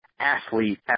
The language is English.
athlete